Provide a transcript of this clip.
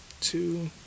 two